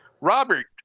robert